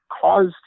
caused